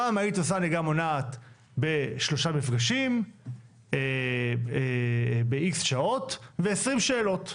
פעם היית עושה נהיגה מונעת בשלושה מפגשים ב-X שעות ו-20 שאלות.